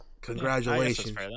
Congratulations